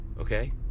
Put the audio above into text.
Okay